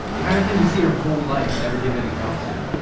the kind of thing you see your whole life and never give any thought to.